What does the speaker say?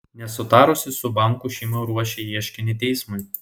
nesutarusi su banku šeima ruošia ieškinį teismui